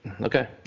Okay